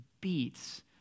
beats